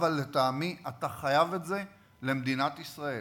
אבל לטעמי אתה חייב את זה למדינת ישראל